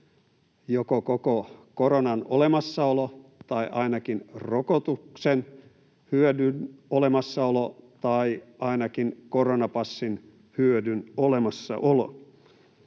joko koko koronan olemassaolo tai ainakin rokotuksen hyödyn olemassaolo tai ainakin koronapassin hyödyn olemassaolo.